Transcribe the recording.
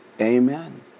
Amen